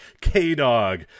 k-dog